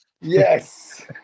Yes